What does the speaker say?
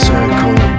Circle